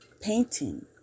painting